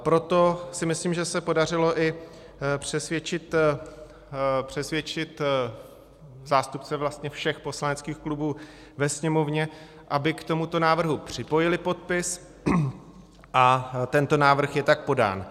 Proto si myslím, že se podařilo i přesvědčit zástupce všech poslaneckých klubů ve Sněmovně, aby k tomuto návrhu připojili podpis, a tento návrh je tak podán.